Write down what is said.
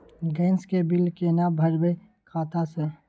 Gas के bill केना भरबै खाता से?